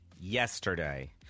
yesterday